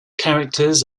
characters